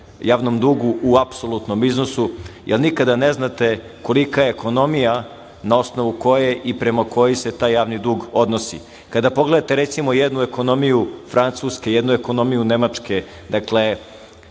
javnom dugu u apsolutnom iznosu jer nikada ne znate kolika je ekonomija na osnovu koje i prema kojoj se taj javni dug odnosi. Kada pogledate, recimo, jednu ekonomiju Francuske, jednu ekonomiju Nemačke, dakle